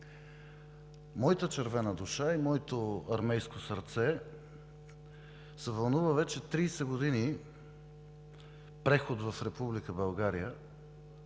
Моята червена душа и моето армейско сърце се вълнуват вече 30 години на преход в Република България